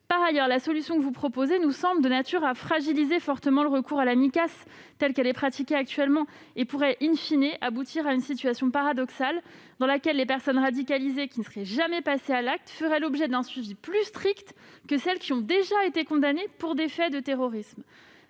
Deuxièmement, la solution que vous proposez nous semble de nature à fragiliser fortement le recours à la Micas telle qu'elle est pratiquée actuellement et pourrait aboutir à une situation paradoxale, dans laquelle les personnes radicalisées qui ne seraient jamais passées à l'acte feraient l'objet d'un suivi plus strict que celles qui ont déjà été condamnées pour des faits de terrorisme.